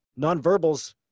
nonverbals